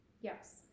Yes